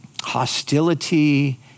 hostility